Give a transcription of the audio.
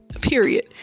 period